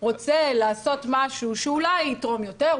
רוצה לעשות משהו שאולי יתרום יותר,